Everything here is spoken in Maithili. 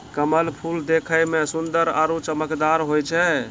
कमल फूल देखै मे सुन्दर आरु चमकदार होय छै